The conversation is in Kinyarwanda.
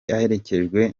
yaherekejwe